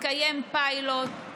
התקיים פיילוט,